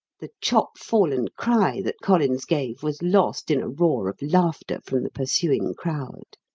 the chop-fallen cry that collins gave was lost in a roar of laughter from the pursuing crowd.